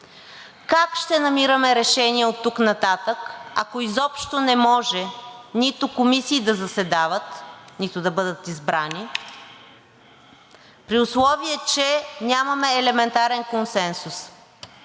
Как ще намираме решения оттук нататък, ако изобщо не може нито комисии да заседават, нито да бъдат избрани, при условие че нямаме елементарен консенсус